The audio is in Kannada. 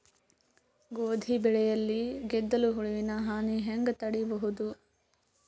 ಗೋಧಿ ಬೆಳೆಯಲ್ಲಿ ಗೆದ್ದಲು ಹುಳುವಿನ ಹಾನಿ ಹೆಂಗ ತಡೆಬಹುದು?